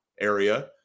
area